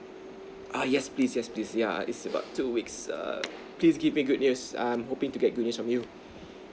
ha yes please yes please yeah it's about two weeks err please give me good news I'm hoping to get a good news from you